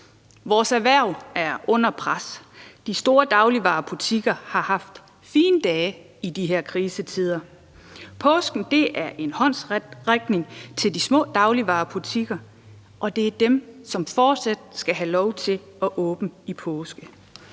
Vores erhverv er under pres. De store dagligvarebutikker har haft fine dage i de her krisetider. Påsken er en håndsrækning til de små dagligvarebutikker, og det er dem, som fortsat skal have lov til at have åbent i påsken.